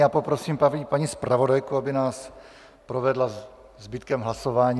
Já poprosím paní zpravodajku, aby nás provedla zbytkem hlasování.